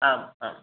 आम् आम्